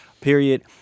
period